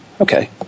Okay